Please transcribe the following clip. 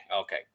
okay